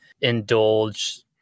indulge